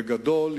בגדול,